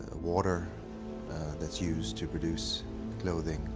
ah water that's used to produce clothing,